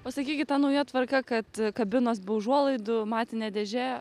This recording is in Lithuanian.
o sakykit ta nauja tvarka kad kabinos be užuolaidų matinė dėžė